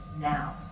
now